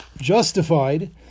justified